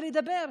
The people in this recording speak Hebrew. בלדבר,